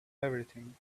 everything